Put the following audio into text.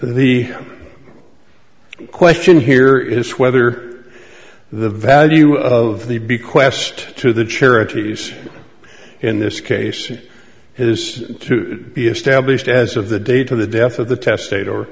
the question here is whether the value of the bequest to the charities in this case is to be established as of the date to the death of the test state or